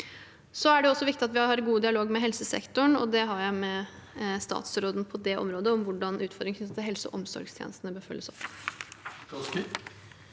Det er også viktig at vi har god dialog med helsesektoren. Det har jeg med statsråden på det området, om hvordan utfordringene knyttet til helse- og omsorgstjenestene bør følges opp.